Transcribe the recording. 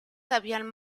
habían